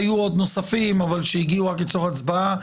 היו עוד נוספים, אבל שהגיעו רק לצורך הצבעה.